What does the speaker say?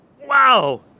Wow